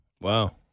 Wow